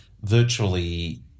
virtually